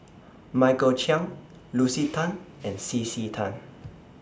Michael Chiang Lucy Tan and C C Tan